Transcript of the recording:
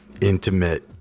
intimate